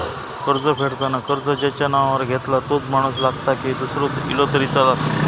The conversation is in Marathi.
कर्ज फेडताना कर्ज ज्याच्या नावावर घेतला तोच माणूस लागता की दूसरो इलो तरी चलात?